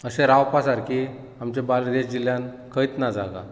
अशें रावपा सारकी आमच्या बर्देस जिल्ल्यांत खंयच ना जागा